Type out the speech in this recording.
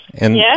Yes